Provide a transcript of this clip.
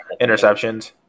interceptions